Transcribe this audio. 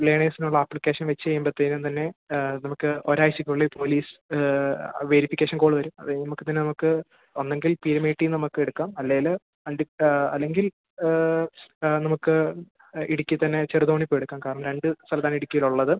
ലേണേഴ്സിനുള്ള application വെച്ച് കഴിയുമ്പോഴ്ത്തേനും തന്നെ നമുക്ക് ഒരു ആഴ്ചക്കുള്ളിൽ പോലീസ് വേരിഫിക്കേഷൻ കോള് വരും അത് കഴിഞ്ഞ് നമുക്ക് ഇത് നമുക്ക് ഒന്നെങ്കിൽ പീര്മേട്ടി നമുക്ക് എടുക്കാം അല്ലേൽ അടുത്ത അല്ലെങ്കിൽ നമുക്ക് ഇടുക്കിയിൽ തന്നെ ചെറുതോണി പോയെടുക്കാം കാരണം രണ്ട് സ്ഥലത്താണ് ഇടുക്കിയിലുള്ളത്